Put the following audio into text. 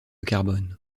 carbone